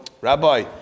Rabbi